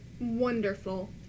Wonderful